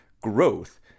growth